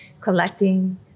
collecting